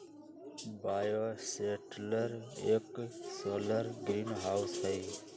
bioshelter एक solar greenhouse हई